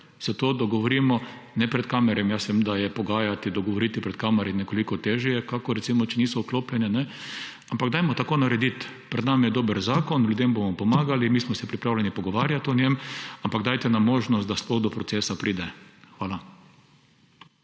se to dogovorimo. Ne pred kamerami, jaz vem, da se je pogajati, dogovoriti pred kamerami nekoliko težje, kakor če niso vklopljene. Ampak dajmo tako narediti. Pred nami je dober zakon, ljudem bomo pomagali, mi smo se pripravljeni pogovarjati o njem. Dajte nam možnost, da sploh do procesa pride. Hvala.